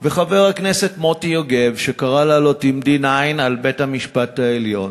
וחבר הכנסת מוטי יוגב קרא לעלות עם 9D- על בית-המשפט העליון.